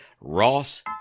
Ross